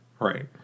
Right